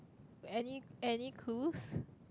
any any clues